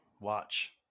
watch